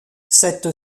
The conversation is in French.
cette